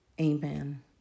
Amen